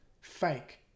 fake